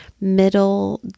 middle